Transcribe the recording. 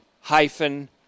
hyphen